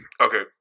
Okay